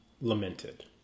lamented